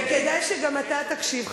וכדאי שגם אתה תקשיב,